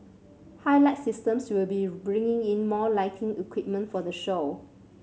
Highlight Systems will be bringing in more lighting equipment for the show